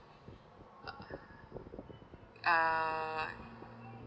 ah